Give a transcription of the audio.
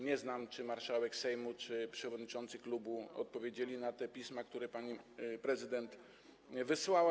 Nie wiem, czy marszałek Sejmu, czy przewodniczący klubu odpowiedzieli na te pisma, które pani prezydent do nich wysłała.